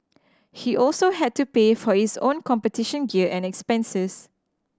he also had to pay for his own competition gear and expenses